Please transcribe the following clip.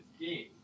game